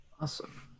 awesome